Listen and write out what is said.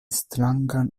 strangan